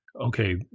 okay